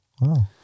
Wow